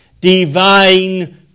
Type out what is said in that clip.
Divine